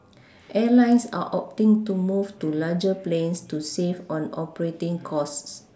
Airlines are opting to move to larger planes to save on operating costs